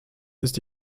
ist